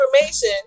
information